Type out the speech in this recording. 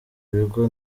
ibigo